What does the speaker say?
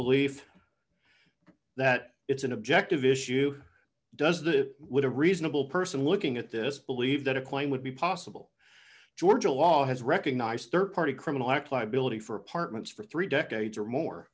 belief that it's an objective issue does that would a reasonable person looking at this believe that a claim would be possible georgia law has recognized rd party criminal act liability for apartments for three decades or more